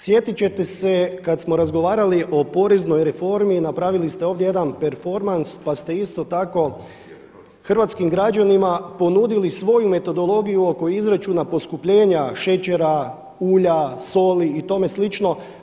Sjetit ćete se kad smo razgovarali o poreznoj reformi, napravili ste ovdje jedan performans, pa ste isto tako hrvatskim građanima ponudili svoju metodologiju oko izračuna poskupljenja šećera, ulja, soli i tome slično.